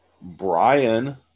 Brian